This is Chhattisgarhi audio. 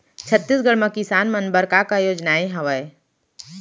छत्तीसगढ़ म किसान मन बर का का योजनाएं हवय?